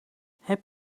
heb